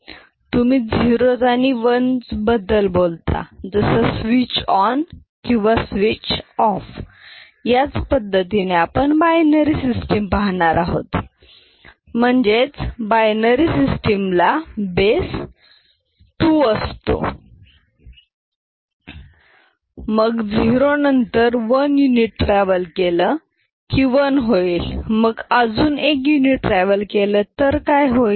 तुम्ही 0s आणि 1s बद्दल बोलता जसं स्विच ऑन किंवा स्विच ऑफ याच पद्धतीने आपण बायनरी सिस्टम बघणार आहोत म्हणजेच बायनरी सिस्टम ल बेस 2 असतो मग 0 नंतर 1 युनिट ट्रॅव्हल केलं की 1 होईल मग अजून 1युनिट ट्रॅव्हल केलं तर काय होईल